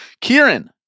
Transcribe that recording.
Kieran